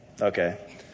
Okay